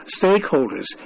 stakeholders